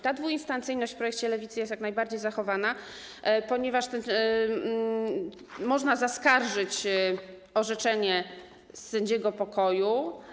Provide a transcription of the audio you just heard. Ta dwuinstancyjność w projekcie Lewicy jest jak najbardziej zachowana, ponieważ można zaskarżyć orzeczenie sędziego pokoju.